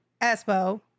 espo